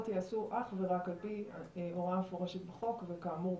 ייעשו אך ורק על פי הוראה מפורשת בחוק וכאמור בחוק.